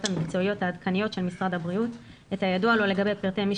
המקצועיות העדכניות של משרד הבריאות את הידוע לו לגבי פרטי מי